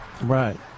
Right